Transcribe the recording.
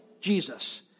Jesus